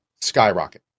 skyrocket